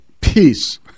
peace